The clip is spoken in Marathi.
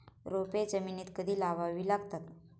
रोपे जमिनीत कधी लावावी लागतात?